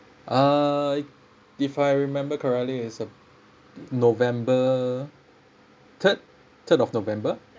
uh if I remember correctly it's a november third third of november